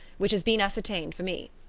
which has been ascertained for me.